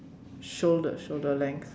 shoulder shoulder length